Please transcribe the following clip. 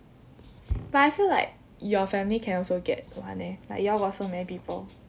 but I feel like your family can also get one eh like you all got so many people